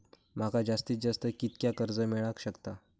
माका जास्तीत जास्त कितक्या कर्ज मेलाक शकता?